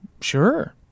Sure